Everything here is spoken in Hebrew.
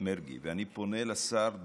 מרגי ואני פונה לשר דרעי: